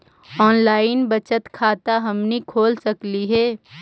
Online बचत खाता हमनी खोल सकली हे?